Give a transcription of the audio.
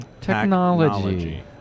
Technology